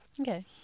Okay